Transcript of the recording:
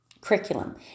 curriculum